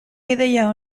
ideia